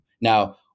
now